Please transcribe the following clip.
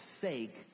sake